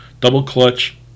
double-clutch